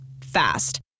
Fast